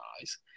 eyes